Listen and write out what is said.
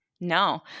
No